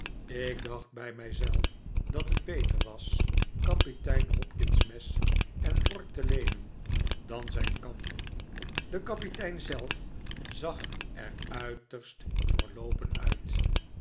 ik dacht bij mijzclf dat het beter was kapitein hopkin's mes en vork te leenen dan zijn kam de kapitein zelf zag er uiterst verloopen uit